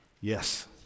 yes